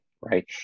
right